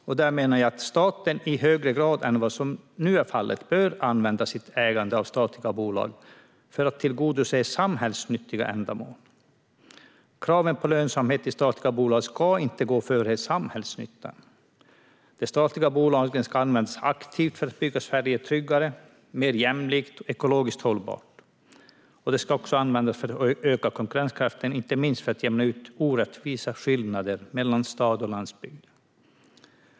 Jag menar att staten i högre grad än vad som nu är fallet bör använda sitt ägande av statliga bolag för att tillgodose samhällsnyttiga ändamål. Kravet på lönsamhet i statliga bolag ska inte gå före samhällsnyttan. De statliga bolagen ska användas aktivt för att bygga Sverige tryggare, mer jämlikt och ekologiskt hållbart. De ska också användas för att öka konkurrenskraften och inte minst för att jämna ut orättvisa skillnader mellan stad och landsbygd.